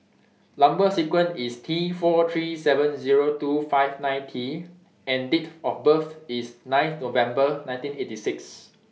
Number sequence IS T four three seven Zero two five nine T and Date of birth IS nine November nineteen eighty six